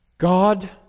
God